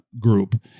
Group